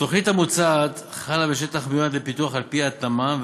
התוכנית המוצעת חלה בשטח המיועד לפיתוח על-פי התמ"מ,